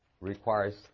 requires